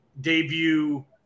debut